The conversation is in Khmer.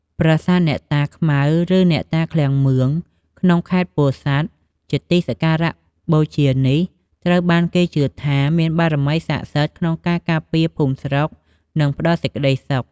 ប្រាសាទអ្នកតាខ្មៅ ឬអ្នកតាឃ្លាំងមឿង ក្នុងខេត្តពោធិ៍សាត់ ជាទីសក្ការៈបូជានេះត្រូវបានគេជឿថាមានបារមីស័ក្តិសិទ្ធិក្នុងការការពារភូមិស្រុក និងផ្តល់សេចក្ដីសុខ។